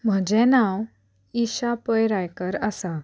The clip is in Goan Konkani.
म्हजें नांव ईशा पै रायकर आसा